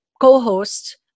co-host